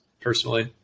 personally